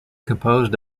composed